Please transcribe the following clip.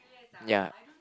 ya